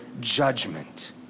judgment